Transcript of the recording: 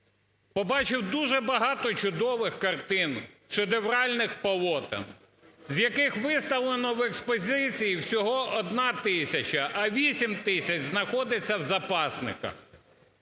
Побачив дуже багато чудових картин, шедевральних полотен, з яких виставлено в експозиції всього 1 тисяча, а 8 тисяч знаходиться в запасниках.